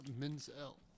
Menzel